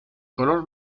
color